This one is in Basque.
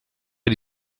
ari